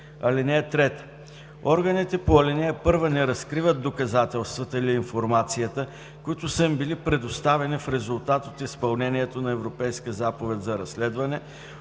кодекс. (3) Органите по ал. 1 не разкриват доказателствата или информацията, които са им били предоставени в резултат от изпълнението на Европейска заповед за разследване,